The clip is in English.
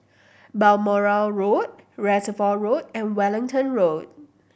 Balmoral Road Reservoir Road and Wellington Road